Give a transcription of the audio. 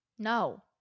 no